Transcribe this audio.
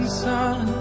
sun